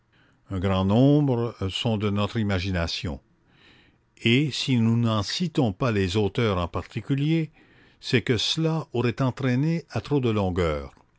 un grand nombre sont de notre imagination et si nous n'en citons pas les auteurs en particulier c'est que cela aurait entraîné à trop de longueurs